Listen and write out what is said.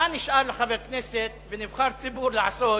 מה נשאר לחבר כנסת ונבחר ציבור לעשות